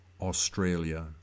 australia